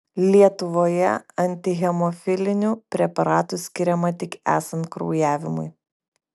lietuvoje antihemofilinių preparatų skiriama tik esant kraujavimui